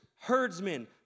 herdsmen